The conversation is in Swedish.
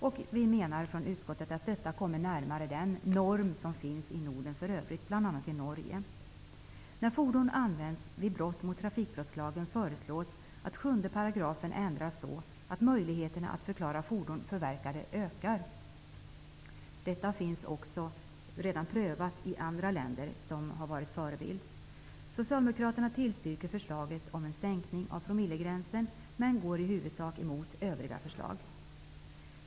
Vi i utskottet menar att vi därmed kommer närmare den norm som finns i Norden i övrigt, bl.a. i Norge. När fordon använts vid brott mot trafikbrottslagen föreslås att 7 § ändras så att möjligheterna att förklara fordon förverkade ökar. Detta har också redan prövats i andra länder som har varit förebilder. Socialdemokraterna tillstyrker förslaget om en sänkning av promillegränsen och går i huvudsak emot övriga förslag.